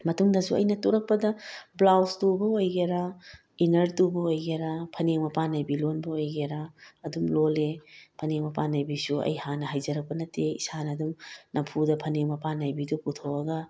ꯃꯇꯨꯡꯗꯁꯨ ꯑꯩꯅ ꯇꯨꯔꯛꯄꯗ ꯕ꯭ꯂꯥꯎꯁ ꯇꯨꯕ ꯑꯣꯏꯒꯦꯔꯥ ꯏꯅꯔ ꯇꯨꯕ ꯑꯣꯏꯒꯦꯔꯥ ꯐꯅꯦꯛ ꯃꯄꯥꯟ ꯅꯥꯏꯕꯤ ꯂꯣꯟꯕ ꯑꯣꯏꯒꯦꯔꯥ ꯑꯗꯨꯝ ꯂꯣꯜꯂꯦ ꯐꯅꯦꯛ ꯃꯄꯥꯟ ꯅꯥꯏꯕꯤꯁꯨ ꯑꯩ ꯍꯥꯟꯅ ꯍꯩꯖꯔꯛꯄ ꯅꯠꯇꯦ ꯏꯁꯥꯅ ꯑꯗꯨꯝ ꯅꯝꯐꯨꯗ ꯐꯅꯦꯛ ꯃꯄꯥꯟ ꯅꯥꯏꯕꯤꯗꯨ ꯄꯨꯊꯣꯛꯑꯒ